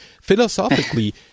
philosophically